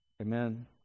Amen